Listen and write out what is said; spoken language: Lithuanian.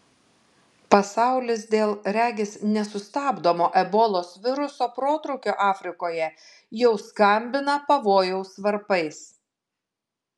pasaulis dėl regis nesustabdomo ebolos viruso protrūkio afrikoje jau skambina pavojaus varpais